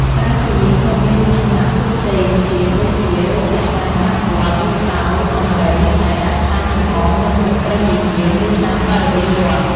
ក្រៅពីនេះ ក៏មានរូបសំណាកផ្សេងៗទៀតដូចជា រូបអ្នកតាចាំវត្ត រូបតោ រូបដំរី ដែលដាក់តាំងលម្អនៅមុខព្រះវិហារ ឬតាមបរិវេណវត្ត។